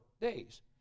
days